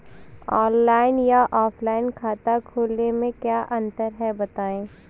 Online या offline खाता खोलने में क्या अंतर है बताएँ?